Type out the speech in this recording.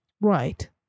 Right